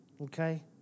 Okay